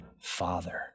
father